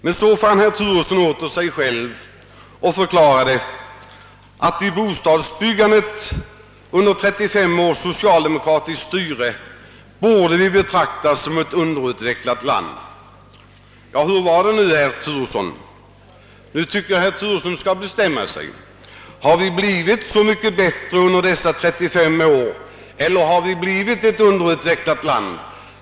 Men så fann herr Turesson åter sig själv och förklarade att i fråga om bostadsbyggandet borde vi efter 35 års socialdemokratiskt styre betraktas som ett underutvecklat land. Ja, hur är det nu, herr Turesson? Har vi blivit så mycket bättre under dessa 35 år eller har vi blivit ett underutvecklat land?